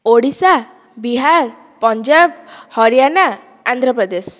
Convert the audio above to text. Odisha Bihar Punjab Haryana Andhra Pradesh